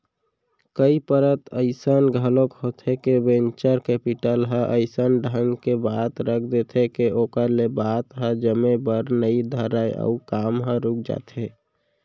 कई परत अइसन घलोक होथे के वेंचर कैपिटल ह अइसन ढंग के बात रख देथे के ओखर ले बात ह जमे बर नइ धरय अउ काम ह रुक जाथे